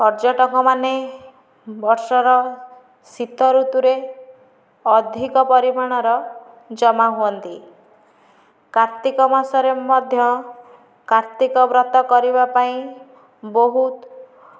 ପର୍ଯ୍ୟଟକ ମାନେ ବର୍ଷର ଶୀତ ଋତୁରେ ଅଧିକ ପରିମାଣର ଜମା ହୁଅନ୍ତି କାର୍ତ୍ତିକ ମାସରେ ମଧ୍ୟ କାର୍ତ୍ତିକ ବ୍ରତ କରିବା ପାଇଁ ବହୁତ